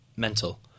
Mental